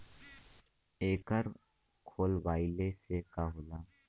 एकर खोलवाइले से का होला?